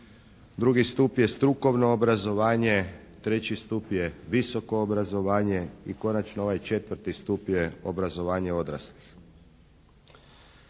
Drugi stup je strukovno obrazovanje. Treći stup je visoko obrazovanje. I konačno ovaj četvrti stup je obrazovanje odraslih.